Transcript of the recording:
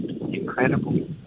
incredible